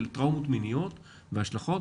של טראומות מיניות והשלכות,